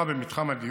לרכב,